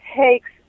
takes